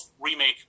remake